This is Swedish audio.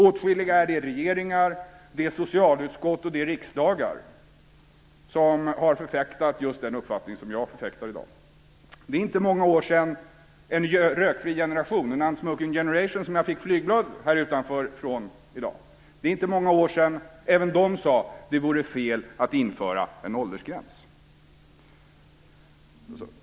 Åtskilliga är de regeringar, de socialutskott och de riksdagar som har förfäktat just den uppfattning som jag förfäktar i dag. Det är inte många år sedan som även En Rökfri Generation, An Unsmoking Generation, som jag fick flygblad av här utanför i dag, sade att det vore fel att införa en åldersgräns.